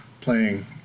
playing